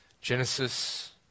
Genesis